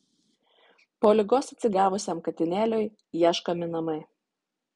po ligos atsigavusiam katinėliui ieškomi namai